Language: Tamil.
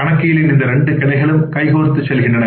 கணக்கியலின் இந்த 2 கிளைகளும் கைகோர்த்துச் செல்கின்றன